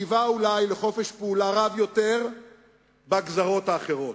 שהוא קיווה אולי לחופש פעולה רב יותר בגזרות האחרות.